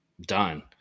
done